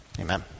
Amen